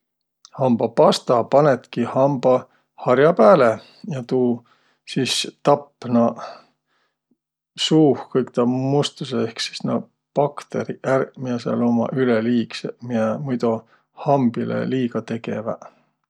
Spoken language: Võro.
Hambapasta panõtki hambahar'a pääle ja tuu sis tapp naaq, suuh kõik taa mustusõ ehk sis naaq bakteriq ärq, miä sääl ummaq üleliigsõq, miä muido hambilõ liiga tegeväq.